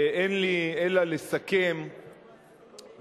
ואין לי אלא לסכם בתמצית